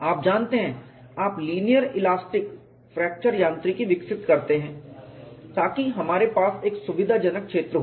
आप जानते हैं आप लीनियर इलास्टिक फ्रैक्चर यांत्रिकी विकसित करते हैं ताकि हमारे पास एक सुविधाजनक क्षेत्र हो